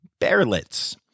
bearlets